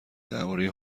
دربارهی